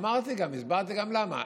אמרתי, גם הסברתי למה.